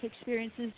experiences